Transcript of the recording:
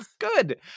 Good